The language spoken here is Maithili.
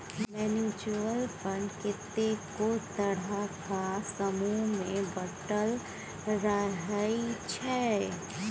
म्युच्युअल फंड कतेको तरहक समूह मे बाँटल रहइ छै